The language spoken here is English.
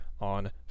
on